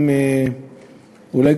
אולי,